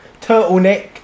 turtleneck